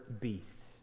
beasts